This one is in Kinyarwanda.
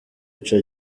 ico